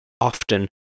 often